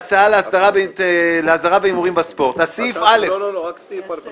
(תיקון מס' 4)(הארכת תוקף) התשע"ט 2018 (מ/1277) ג.